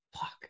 fuck